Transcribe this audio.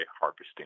harvesting